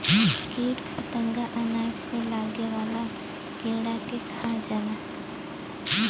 कीट फतंगा अनाज पे लागे वाला कीड़ा के खा जाला